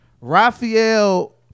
rafael